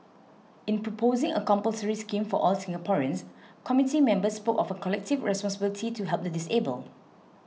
in proposing a compulsory scheme for all Singaporeans committee members spoke of a collective responsibility to help the disabled